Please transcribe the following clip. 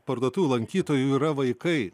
parduotuvių lankytojų yra vaikai